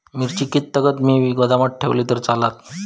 मिरची कीततागत मी गोदामात ठेवलंय तर चालात?